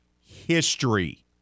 history